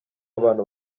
abantu